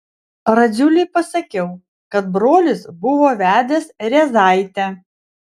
radziuliui pasakiau kad brolis buvo vedęs rėzaitę